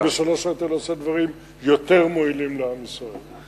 בשלוש השעות האלה הייתי עושה דברים יותר מועילים לעם ישראל.